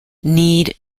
need